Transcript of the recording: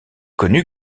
connu